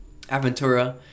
Aventura